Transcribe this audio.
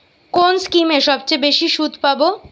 কোন স্কিমে সবচেয়ে বেশি সুদ পাব?